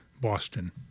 Boston